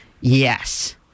Yes